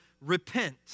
repent